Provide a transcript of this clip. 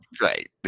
Right